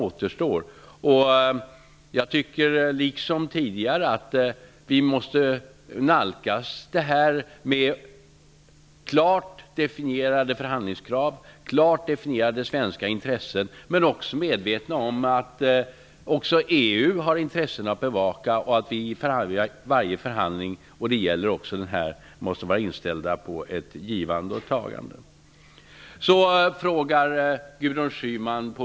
Liksom tidigare menar jag att vi måste nalkas dessa frågor med klart definierade förhandlingskrav och klart definierade svenska intressen. Men vi skall samtidigt vara medvetna om att också EU har intressen att bevaka. I varje förhandling måste vi vara inställda på ett givande och tagande; det gäller även denna.